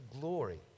glory